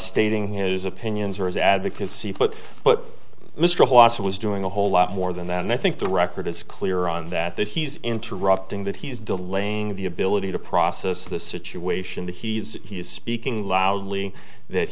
stating his opinions or his advocacy put but mr haas was doing a whole lot more than that and i think the record is clear on that that he's interrupting that he's delaying the ability to process the situation that he's he's speaking loudly that